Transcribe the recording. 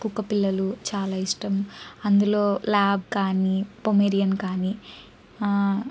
కుక్కపిల్లలు చాలా ఇష్టం అందులో లాబ్ కానీ పోమేరియన్ కానీ